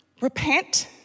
Repent